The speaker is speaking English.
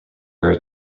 era